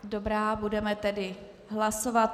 Dobrá, budeme tedy hlasovat.